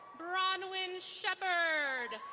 bronwyn shepherd.